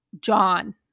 John